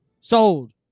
sold